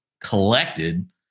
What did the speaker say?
collected